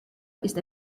ist